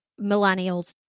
millennials